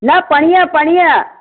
न परींहं परींहं